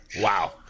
wow